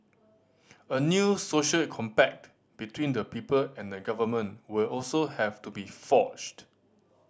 a new social compact between the people and the government will also have to be forged